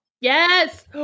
yes